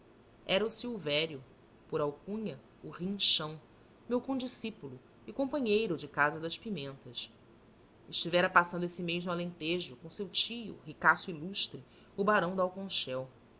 era o silvério por alcunha o rinchão meu condiscípulo e companheiro de casa das pimentas estivera passando esse mês no alentejo com seu tio ricaço ilustre o barão de